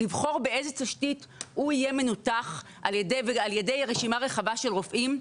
לבחור באיזה תשתית הוא יהיה מנותח על ידי רשימה רחבה של רופאים,